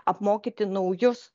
apmokyti naujus